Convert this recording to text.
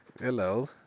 Hello